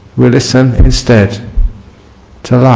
we listen instead to